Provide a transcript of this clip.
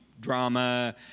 drama